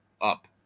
up